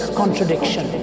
contradiction